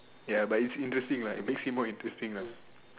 ya but it is interesting lah it makes it more interesting lah